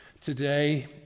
today